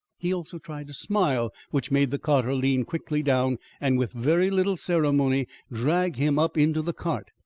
he also tried to smile, which made the carter lean quickly down and with very little ceremony drag him up into the cart.